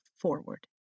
forward